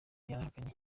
yarahakanye